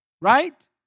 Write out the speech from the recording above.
right